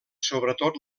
sobretot